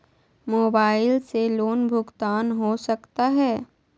Mobile से loan भुगतान हो सकता है?